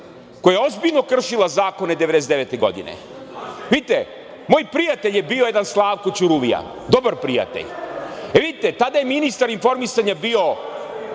koja je ozbiljno kršila zakone 1999. godine. Vidite moj prijatelj je bio jedan Slavko Ćuruvija, dobar prijatelj. E, vidite, tada je ministar informisanja bio